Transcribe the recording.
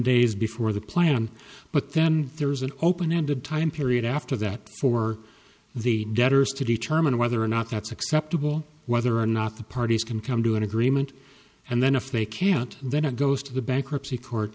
days before the plan but then there is an open ended time period after that for the debtors to determine whether or not that's acceptable whether or not the parties can come to an agreement and then if they can't then it goes to the bankruptcy court